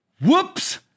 Whoops